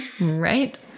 right